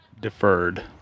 deferred